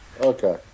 Okay